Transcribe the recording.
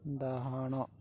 ଡାହାଣ